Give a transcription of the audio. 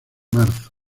marzo